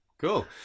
Cool